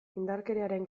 indarkeriaren